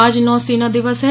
आज नौसेना दिवस है